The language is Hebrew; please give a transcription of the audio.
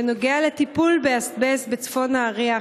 בעניין הטיפול באזבסט בצפון נהריה,